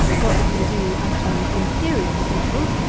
what it may do as to an imperial bushel,